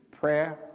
Prayer